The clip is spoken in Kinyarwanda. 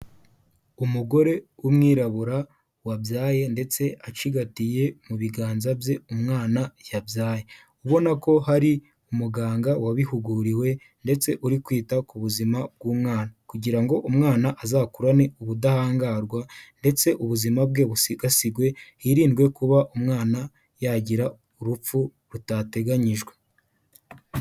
Umugore w'umwirabura wabyaye ndetse acigatiye mu biganza bye umwana yabyaye. Ubona ko hari umuganga wabihuguriwe ndetse uri kwita ku buzima bw'umwana, kugira ngo umwana azakurane ubudahangarwa ndetse ubuzima bwe busigasirwewe, hirindwe kuba umwana yagira urupfu rutateganyijwe.